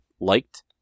liked